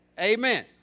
Amen